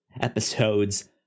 episodes